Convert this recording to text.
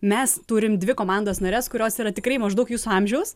mes turim dvi komandos nares kurios yra tikrai maždaug jūsų amžiaus